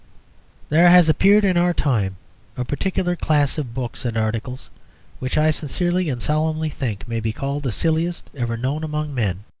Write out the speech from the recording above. there has appeared in our time a particular class of books and articles which i sincerely and solemnly think may be called the silliest ever known among men.